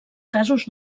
casos